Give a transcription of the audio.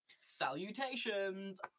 Salutations